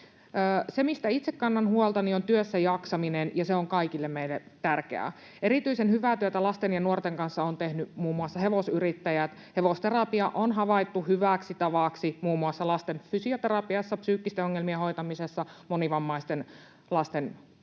Se, mistä itse kannan huolta, on työssäjaksaminen, ja se on kaikille meille tärkeää. Erityisen hyvää työtä lasten ja nuorten kanssa ovat tehneet muun muassa hevosyrittäjät. Hevosterapia on havaittu hyväksi tavaksi muun muassa lasten fysioterapiassa, psyykkisten ongelmien hoitamisessa, monivammaisten lasten kuntouttamisessa.